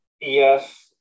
Yes